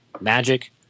magic